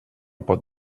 pot